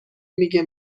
میگه